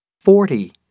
forty